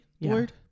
Lord